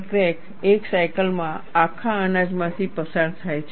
crack 1 સાયકલમાં આખા અનાજમાંથી પસાર થાય છે